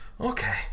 Okay